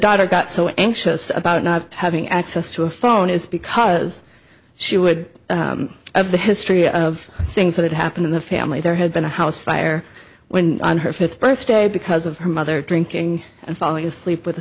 daughter got so anxious about not having access to a phone is because she would have the history of things that happened in the family there had been a house fire when on her fifth birthday because of her mother drinking and falling asleep with a